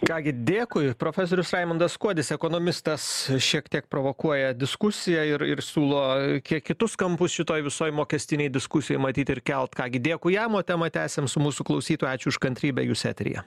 ką gi dėkui profesorius raimundas kuodis ekonomistas šiek tiek provokuoja diskusiją ir ir siūlo kiek kitus kampus šitoj visoj mokestinėj diskusijoj matyt ir kelt ką gi dėkui jam o temą tęsiam su mūsų klausytoju ačiū už kantrybę jūs eteryje